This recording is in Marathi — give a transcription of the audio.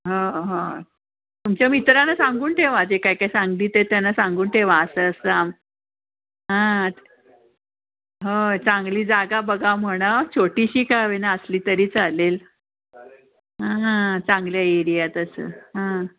हो हो तुमच्या मित्रांना सांगून ठेवा जे काय काय सांगलीत आहेत त्यांना सांगून ठेवा असं असं आम हां होय चांगली जागा बघा म्हणावं छोटीशी का होईना असली तरी चालेल हं चांगल्या एरियात असं हां